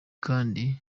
kandi